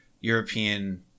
European